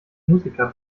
musiker